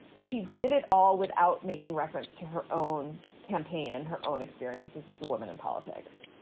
she did it all without making reference to her own campaign and her own experiences as a woman in politics.